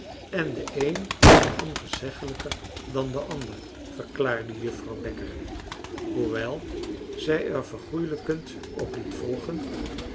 en de een was al ongezeggelijker dan de ander verklaarde juffrouw bekker hoewel zij er vergoelijkend op liet volgen